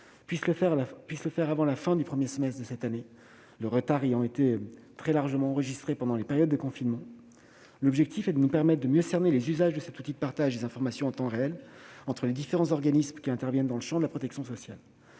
puisse le faire avant la fin du premier semestre de cette année, le retard ayant été très largement enregistré pendant les périodes de confinement. L'objectif est de nous permettre de mieux cerner les usages de cet outil de partage des informations en temps réel entre les différents organismes qui interviennent dans le champ de la protection sociale.